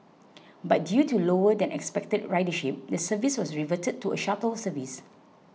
but due to lower than expected ridership the service was reverted to a shuttle service